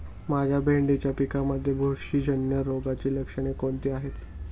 माझ्या भेंडीच्या पिकामध्ये बुरशीजन्य रोगाची लक्षणे कोणती आहेत?